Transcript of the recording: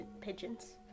pigeons